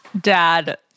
dad